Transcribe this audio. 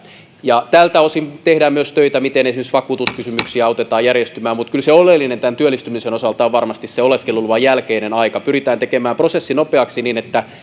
tältä osin tehdään myös töitä miten esimerkiksi vakuutuskysymyksiä autetaan järjestämään mutta kyllä se oleellinen tämän työllistymisen osalta on varmasti se oleskeluluvan jälkeinen aika pyritään tekemään prosessi nopeaksi niin että